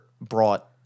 brought